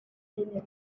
million